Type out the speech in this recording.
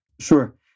Sure